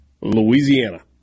Louisiana